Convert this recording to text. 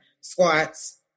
squats